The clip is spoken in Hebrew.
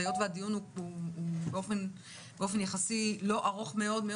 והיות והדיון באופן יחסי לא ארוך מאוד,